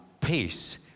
peace